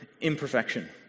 imperfection